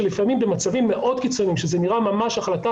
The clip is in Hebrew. שלפעמים במצבים מאוד קיצוניים שזה נראה ממש החלטה